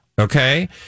Okay